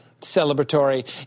celebratory